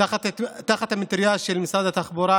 תחת המטרייה של משרד הביטחון,